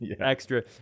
extra